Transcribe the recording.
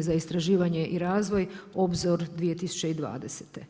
za istraživanje i razvoj Obzor 2020.